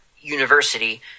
university